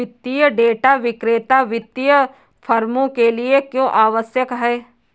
वित्तीय डेटा विक्रेता वित्तीय फर्मों के लिए क्यों आवश्यक है?